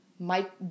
Mike